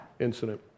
incident